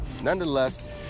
Nonetheless